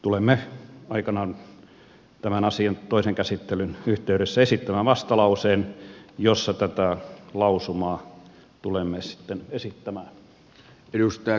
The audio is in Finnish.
tulemme aikanaan tämän asian toisen käsittelyn yhteydessä esittämään vastalauseen jossa tätä lausumaa tulemme sitten esittämään